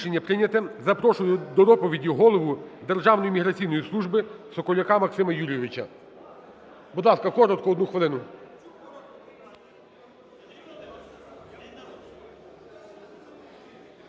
Рішення прийнято. Запрошую до доповіді голову Державної міграційної служби Соколюка Максима Юрійовича. Будь ласка, коротко одну хвилину.